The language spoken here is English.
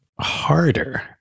harder